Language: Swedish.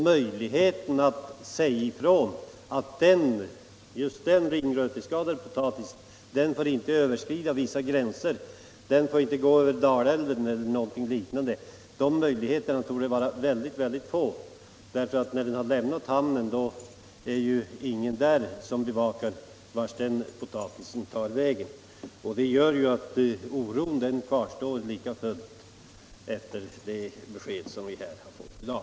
Möjligheterna att säga ifrån att just den ringröteskadade potatisen inte får överskrida vissa gränser —t.ex. inte sändas norr om Dalälven eller någonting liknande — torde vara ytterligt få. När potatisen har lämnat importhamnen är det ju inte längre någon som bevakar vart den tar vägen. Detta gör att oron lika fullt kvarstår efter det besked som vi har fått här i dag.